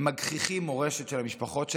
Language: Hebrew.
הם מכחישים מורשת של המשפחות שלהם,